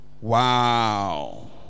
Wow